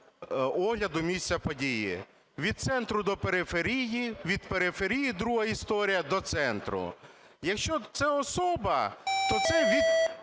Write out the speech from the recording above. огляду місця події: від центру - до периферії, від периферії – друга історія - до центру. Якщо це особа, то це від